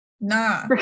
Nah